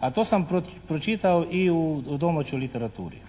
a to sam pročitao i u domaćoj literaturi.